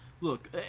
Look